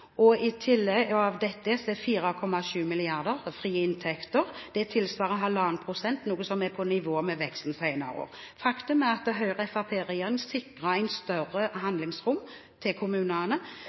av dette er 4,7 mrd. kr frie inntekter. Det tilsvarer 1,5 pst., noe som er på nivå med veksten senere år. Faktum er at Høyre–Fremskrittsparti-regjeringen sikrer et større handlingsrom for kommunene